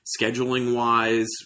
scheduling-wise